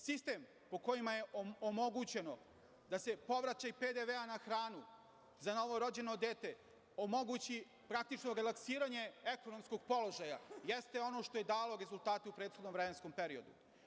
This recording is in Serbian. Sistem po kojem je omogućeno da se povraćaj PDV na hranu za novorođeno dete omogući, praktično relaksiranje ekonomskog položaja, jeste ono što je dalo rezultate u prethodnom vremenskom periodu.